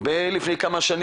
אומר שערד היא עיר חילונית,